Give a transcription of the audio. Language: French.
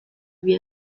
lui